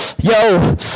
Yo